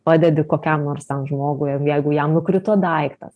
padedi kokiam nors žmogui jeigu jam nukrito daiktas